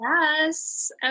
Yes